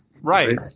right